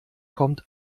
kommt